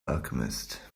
alchemist